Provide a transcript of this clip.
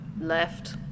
Left